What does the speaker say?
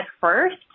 first